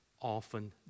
often